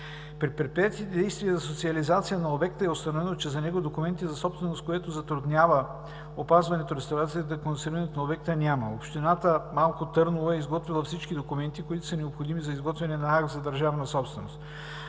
При предприетите действия за социализация на обекта е установено, че за него документи за собственост, което затруднява опазването, реставрацията и експонирането на обекта, няма. Община Малко Търново е изготвила всички документи, които са необходими за изготвяне на акт за държавна собственост.